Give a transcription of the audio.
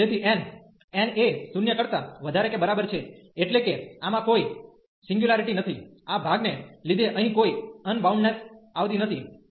તેથી n n એ 0 કરતા વધારે કે બરાબર છે એટલે કે આમાં કોઈ સિનગ્યુલારીટી નથી આ ભાગને લીધે અહીં કોઈ અનબાઉન્ડ્નેસ આવતી નથી